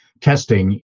testing